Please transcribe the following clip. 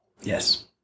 Yes